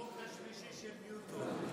החוק השלישי של ניוטון,